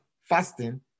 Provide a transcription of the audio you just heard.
fasting